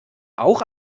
auch